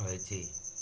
ରହିଛି